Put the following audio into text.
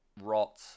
rot